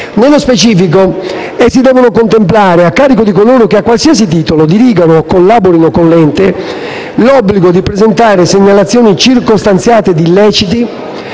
Nello specifico, essi devono contemplare, a carico di coloro che a qualsiasi titolo dirigano o collaborino con l'ente, l'obbligo di presentare segnalazioni circostanziate di illeciti